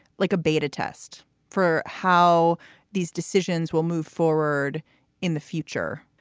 like a beta test for how these decisions will move forward in the future,